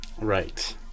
Right